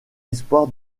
espoir